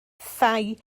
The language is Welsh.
thai